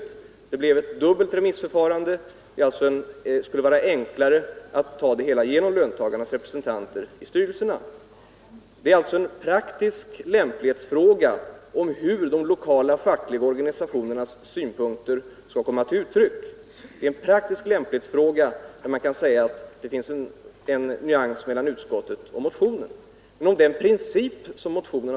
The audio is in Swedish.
Det skulle innebära ett dubbelt remissförfarande. Det är enklare att ta det hela genom löntagarnas representanter i styrelserna. Detta är alltså en praktisk lämplighetsfråga om hur de lokala fackliga organisationernas synpunkter skall komma till uttryck, och man kan säga att det där finns en nyans mellan utskottets betänkande och motionen.